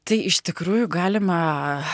tai iš tikrųjų galima